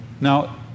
Now